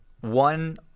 one